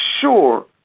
sure